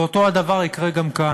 ואותו הדבר יקרה גם כאן.